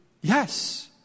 yes